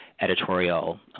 editorial